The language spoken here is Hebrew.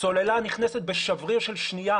סוללה נכנסת בשבריר של שנייה,